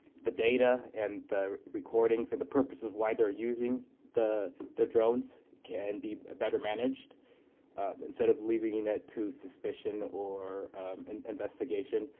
the data and recordings and the purpose of why they're using the the drones can be better managed instead of leaving it to suspicion or and investigation.